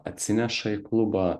atsineša į klubą